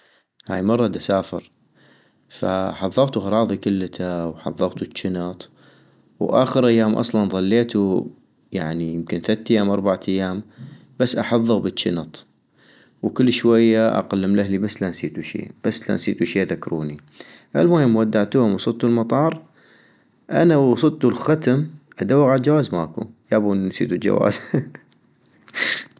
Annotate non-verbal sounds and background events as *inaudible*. هاي مرة دسافر فحضغتو غراضي كلتا وحضغتو الجنط، واخر ايام اصلا ضلينو يعني يمكن ثت ايام أربعة ايام بس احضغ بالجنط، - وكل شوية اقلم لاهلي بس لا نسيتو شي ، بس لا نسيتو شي ذكروني - المهم ودعتوهم وصلتو المطار ، انا ووصلتو الختم ادوغ عالجواز ماكو يابا وانو نسيتو الجواز *laughs*